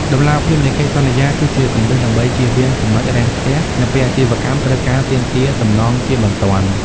តម្លាភាពនៃកិច្ចសន្យាគឺជាគន្លឹះដើម្បីជៀសវាង ចំណុចរាំងស្ទះ នៅពេលអាជីវកម្មត្រូវការទាមទារសំណងជាបន្ទាន់។